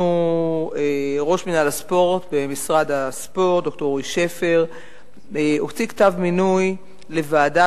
ראש מינהל הספורט במשרד הספורט ד"ר אורי שפר הוציא צו מינוי לוועדה,